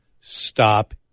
stop